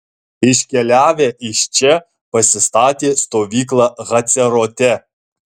iškeliavę iš čia pasistatė stovyklą hacerote